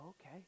okay